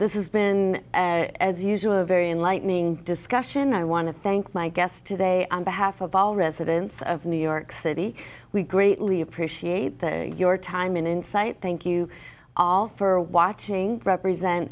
this has been as usual a very enlightening discussion i want to thank my guests today on behalf of all residents of new york city we greatly appreciate your time and insight thank you all for watching represent